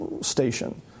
station